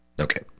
Okay